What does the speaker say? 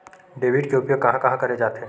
Debit के उपयोग कहां कहा करे जाथे?